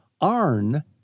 arn